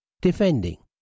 Defending